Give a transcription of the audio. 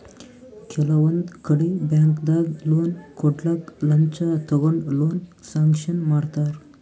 ಕೆಲವೊಂದ್ ಕಡಿ ಬ್ಯಾಂಕ್ದಾಗ್ ಲೋನ್ ಕೊಡ್ಲಕ್ಕ್ ಲಂಚ ತಗೊಂಡ್ ಲೋನ್ ಸ್ಯಾಂಕ್ಷನ್ ಮಾಡ್ತರ್